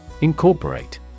Incorporate